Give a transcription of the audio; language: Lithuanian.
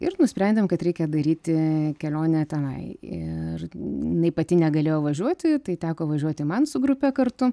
ir nusprendėm kad reikia daryti kelionę tenai ir jinai pati negalėjo važiuoti tai teko važiuoti man su grupe kartu